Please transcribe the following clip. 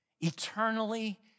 eternally